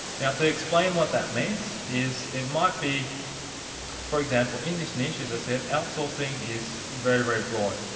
now to explain what that means is it might be for example in this niche as i said, outsourcing is very, very broad.